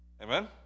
Amen